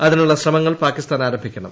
അതിനുള്ള ശ്രമങ്ങൾ പാകിസ്ഥാൻ ആരംഭിക്കണം